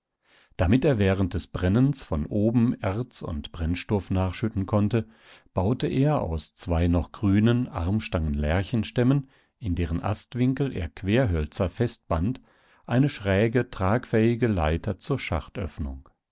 damit er während des brennens von oben erz und brennstoff nachschütten konnte baute er aus zwei noch grünen armstarken lärchenstämmen in deren astwinkel er querhölzer festband eine schräge tragfähige leiter zur